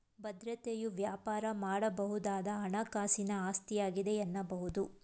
ಭದ್ರತೆಯು ವ್ಯಾಪಾರ ಮಾಡಬಹುದಾದ ಹಣಕಾಸಿನ ಆಸ್ತಿಯಾಗಿದೆ ಎನ್ನಬಹುದು